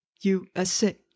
USA